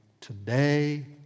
today